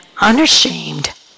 unashamed